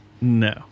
No